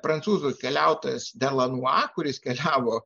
prancūzų keliautojas delanua kuris keliavo